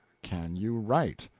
can you write?